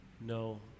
No